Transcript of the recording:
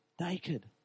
naked